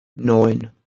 neun